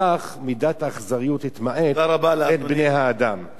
כך מידת האכזריות תתמעט בין בני-האדם.